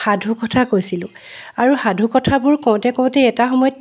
সাধু কথা কৈছিলোঁ আৰু সাধু কথাবোৰ কওঁতে কওঁতে এটা সময়ত